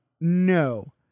No